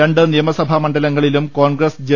രണ്ട് നിയമസഭാ മണ്ഡ ലങ്ങളിലും കോൺഗ്രസ് ജെ